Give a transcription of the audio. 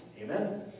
Amen